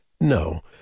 No